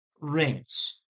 rings